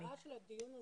המטרה של הדיון הזה,